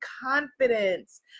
confidence